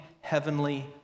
heavenly